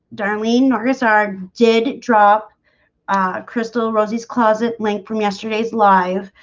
darlene notice our did drop crystal, rosie's closet link from yesterday's live.